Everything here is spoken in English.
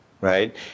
Right